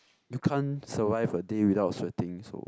you can't survive a day without sweating so